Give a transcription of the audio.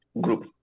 group